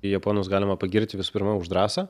japonus galima pagirti visų pirma už drąsą